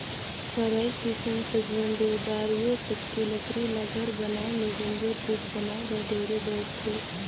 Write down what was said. सरई, सीसम, सजुवन, देवदार ए सबके लकरी ल घर बनाये में बंजर चीज बनाये बर ढेरे बउरथे